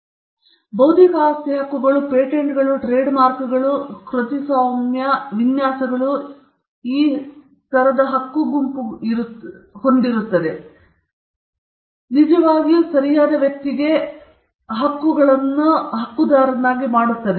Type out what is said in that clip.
ನಂತರ ಈ ಹಕ್ಕುಗಳು ಹಕ್ಕುಗಳ ಗುಂಪನ್ನು ನೀಡುತ್ತವೆ ಬೌದ್ಧಿಕ ಆಸ್ತಿ ಹಕ್ಕುಗಳು ಪೇಟೆಂಟ್ಗಳು ಟ್ರೇಡ್ಮಾರ್ಕ್ಗಳು ಕೃತಿಸ್ವಾಮ್ಯ ವಿನ್ಯಾಸಗಳು ಅವು ಹಕ್ಕುಗಳ ಗುಂಪನ್ನು ನೀಡುತ್ತವೆ ಇದು ನಿಜವಾಗಿಯೂ ಬಲ ಹೋಲ್ಡರ್ಗೆ ಹಕ್ಕುಗಳ ಬಂಡಲ್ ಆಗಿದೆ